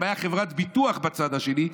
אם הייתה חברת ביטוח בצד השני,